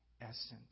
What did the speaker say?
essence